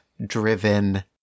driven